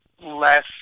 less